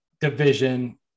division